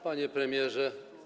Panie Premierze!